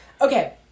Okay